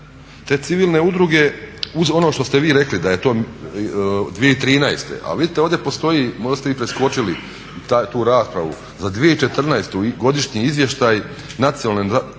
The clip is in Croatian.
Te civilne udruge uz ono što ste vi rekli da je to 2013., a vidite ovdje postoji, možda ste vi preskočili tu raspravu, za 2014. Godišnji izvještaj Nacionalne